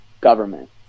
government